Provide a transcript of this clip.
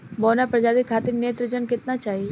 बौना प्रजाति खातिर नेत्रजन केतना चाही?